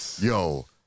yo